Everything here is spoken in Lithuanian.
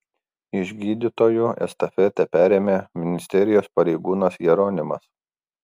iš gydytojų estafetę perėmė ministerijos pareigūnas jeronimas